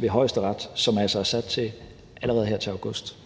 ved Højesteret, som altså allerede er sat her til august.